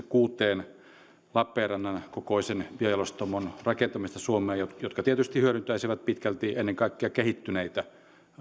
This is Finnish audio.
kuuden lappeenrannan kokoisen biojalostamon rakentamista suomeen jotka tietysti hyödyntäisivät pitkälti ennen kaikkea kehittyneitä